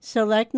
s